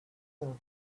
her